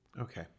Okay